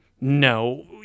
no